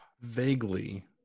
Vaguely